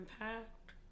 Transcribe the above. Impact